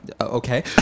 okay